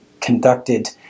conducted